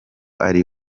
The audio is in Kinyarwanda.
ari